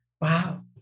wow